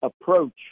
approach